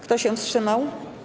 Kto się wstrzymał?